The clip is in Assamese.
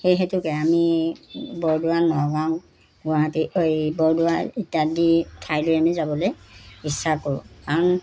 সেই হেতুকে আমি বৰদোৱা নগাঁও গুৱাহাটী বৰদোৱা ইত্যাদি ঠাইলৈ আমি যাবলৈ ইচ্ছা কৰোঁ কাৰণ